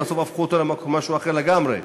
ובסוף הפכו אותו למשהו אחר לגמרי,